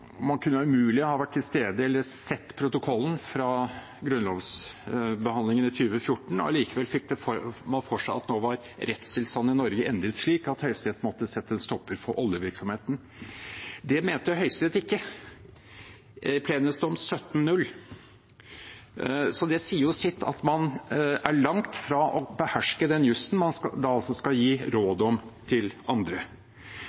umulig kan ha vært til stede eller sett protokollen fra grunnlovsbehandlingen i 2014. Allikevel fikk man for seg at nå var rettstilstanden i Norge endret slik at Høyesterett måtte sette en stopper for oljevirksomheten. Det mente ikke Høyesterett, i plenumsdommen, og det sier jo sitt om at man er langt fra å beherske den jussen man skal